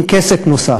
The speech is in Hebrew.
עם כסף נוסף.